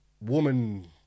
woman